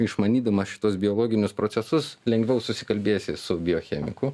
išmanydamas šituos biologinius procesus lengviau susikalbėsi su biochemiku